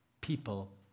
people